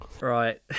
Right